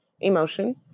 emotion